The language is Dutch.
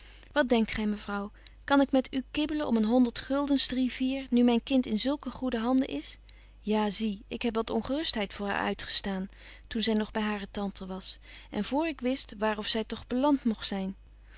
wat denkt gy mevrouw kan ik met u kibbelen om een honderd guldens drie vier nu myn kind in zulke goede handen is ja zie ik heb wat ongerustheid voor haar uitgestaan toen zy nog by hare tante was en betje wolff en aagje deken historie van mejuffrouw sara burgerhart voor ik wist waar of zy toch belant mogt zyn